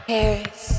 Paris